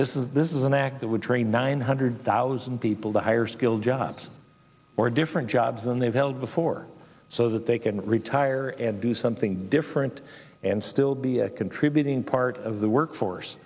this is this is an act that would train nine hundred thousand people to hire skilled jobs or different jobs and they've held before so that they can retire and do something different and still be a contributing part of the workforce